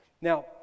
Now